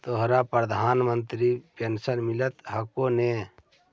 तोहरा प्रधानमंत्री पेन्शन मिल हको ने?